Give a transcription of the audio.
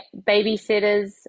babysitters